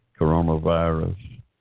coronavirus